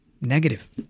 negative